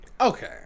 Okay